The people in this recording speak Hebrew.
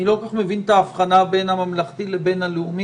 אני לא כל כך מבין את ההבחנה בין הממלכתי לבין הלאומי.